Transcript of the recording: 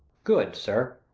good, sir.